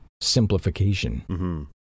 simplification